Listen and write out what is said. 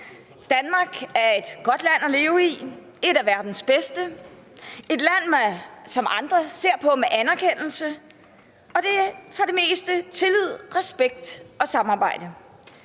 Danmark er et godt land at leve i, et af verdens bedste – et land, som andre ser på med anerkendelse. Der er for det meste tillid, respekt og samarbejde.